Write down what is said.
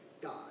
God